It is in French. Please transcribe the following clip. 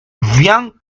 viens